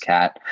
Cat